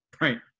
right